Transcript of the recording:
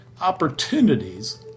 opportunities